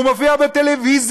והוא מופיע בטלוויזיה.